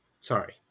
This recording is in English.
sorry